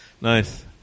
nice